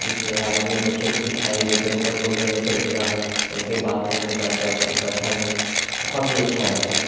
جس میں آپ اپنے بچوں کو سکھائیں گے تو اُن کا بولنے کا طریقہ اُن کے بات کرنے کا ادب اُن کا ڈھنگ بہت ہی اچھا رہتا ہے